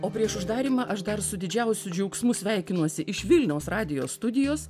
o prieš uždarymą aš dar su didžiausiu džiaugsmu sveikinuosi iš vilniaus radijo studijos